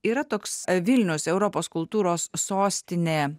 yra toks vilniaus europos kultūros sostinė